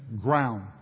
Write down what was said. ground